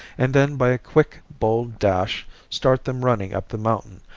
and then by a quick, bold dash start them running up the mountain,